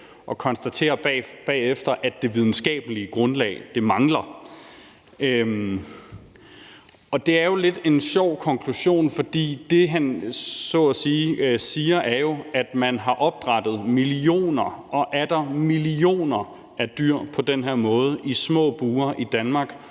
og konstaterer bagefter, at det videnskabelige grundlag mangler. Det er lidt en sjov konklusion, fordi det, han siger, jo er, at man har opdrættet millioner og atter millioner af dyr på den her måde i små bure i Danmark